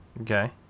Okay